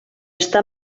està